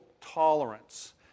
tolerance